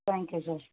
thank you sir